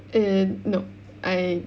err no I